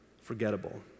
forgettable